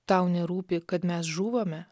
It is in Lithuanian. tau nerūpi kad mes žūvame